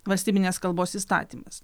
valstybinės kalbos įstatymas